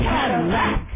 Cadillac